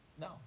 no